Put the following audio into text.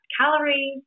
calories